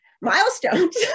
milestones